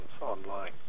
online